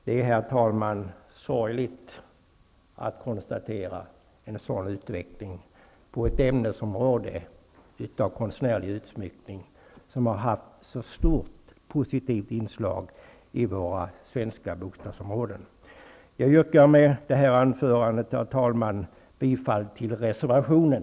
Det är, herr talman, sorgligt att konstatera en sådan utveckling av den konstnärliga utsmyckning som har varit ett så stort positivt inslag i våra svenska bostadsområden. Jag yrkar med detta anförande, herr talman, bifall till reservationen.